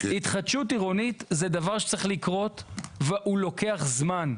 התחדשות עירונית זה דבר שצריך לקרות והוא לוקח זמן.